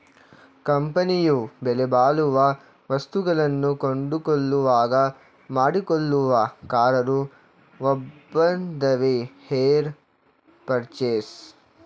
ಕಂಪನಿಯು ಬೆಲೆಬಾಳುವ ವಸ್ತುಗಳನ್ನು ಕೊಂಡುಕೊಳ್ಳುವಾಗ ಮಾಡಿಕೊಳ್ಳುವ ಕರಾರು ಒಪ್ಪಂದವೆ ಹೈರ್ ಪರ್ಚೇಸ್